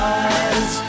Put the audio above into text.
eyes